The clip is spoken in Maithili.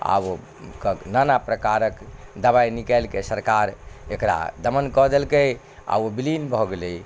आ ओ नाना प्रकारक दबाइ निकालिके सरकार एकरा दमन कऽ देलकै आ ओ बिलीन भऽ गेलै